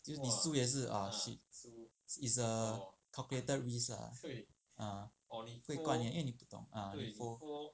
就是你输也是 ah shit it's a calculated risk lah ah 不可以怪你因为你也不懂